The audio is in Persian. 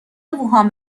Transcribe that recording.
ووهان